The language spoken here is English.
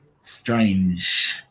strange